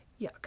yuck